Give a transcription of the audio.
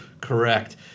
correct